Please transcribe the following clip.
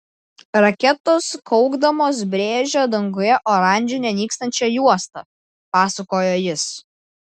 raketos kaukdamos brėžė danguje oranžinę nykstančią juostą pasakojo jis